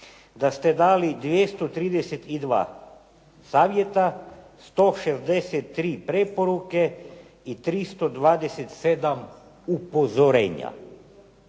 Da ste dali 232 savjeta, 163 preporuke i 327 upozorenja.